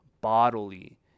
bodily